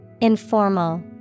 Informal